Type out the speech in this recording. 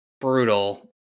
brutal